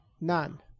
None